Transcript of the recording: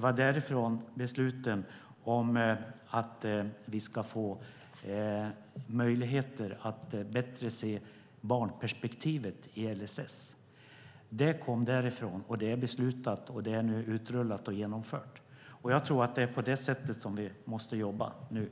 kom. Därifrån kom också besluten om att vi ska få möjligheter att bättre se barnperspektivet i LSS. Allt detta kom därifrån, och det är nu utrullat och genomfört. Jag tror att det är på det sättet vi måste jobba nu.